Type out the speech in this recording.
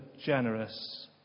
generous